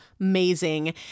amazing